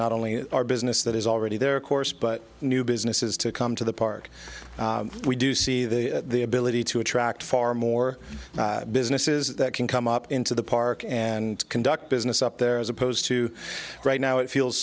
not only our business that is already there of course but new businesses to come to the park we do see the ability to attract far more businesses that can come up into the park and conduct business up there as opposed to right now it feels